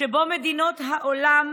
שבו מדינות העולם